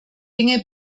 dinge